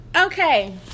okay